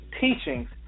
teachings